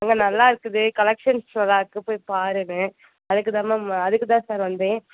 அங்கே நல்லா இருக்குது கலெக்ஷன்ஸ் நல்லாயிருக்கு போய் பாருன்னு அதுக்குதான் மேம் அதுக்கு தான் சார் வந்தேன்